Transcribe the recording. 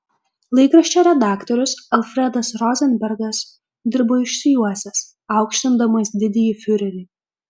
laikraščio redaktorius alfredas rozenbergas dirbo išsijuosęs aukštindamas didįjį fiurerį